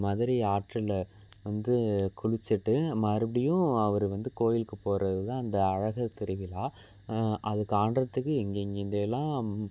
மதுரை ஆற்றில் வந்து குளிச்சுட்டு மறுபடியும் அவர் வந்து கோயிலுக்குப் போகிறது தான் அந்த அழகர் திருவிழா அது காண்கிறதுக்கு எங்கெங்கிருந்தெல்லாம்